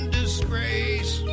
disgrace